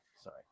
sorry